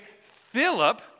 Philip